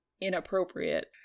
inappropriate